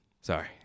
Sorry